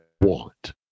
want